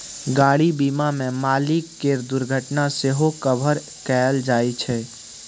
गाड़ी बीमा मे मालिक केर दुर्घटना सेहो कभर कएल जाइ छै